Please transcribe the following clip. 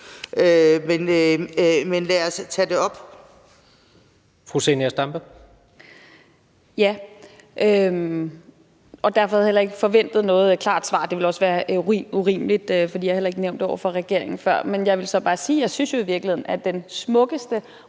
Zenia Stampe. Kl. 16:26 Zenia Stampe (RV): Derfor havde jeg heller ikke forventet noget klart svar. Det ville også være urimeligt, for jeg har heller ikke nævnt det over for regeringen før. Men jeg vil så bare sige, at jeg jo i virkeligheden synes, at den smukkeste